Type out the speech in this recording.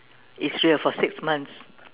it's real for six months